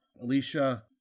Alicia